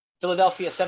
Philadelphia